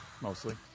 Mostly